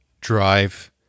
drive